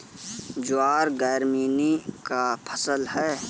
ज्वार ग्रैमीनी का फसल है